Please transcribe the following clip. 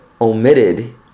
omitted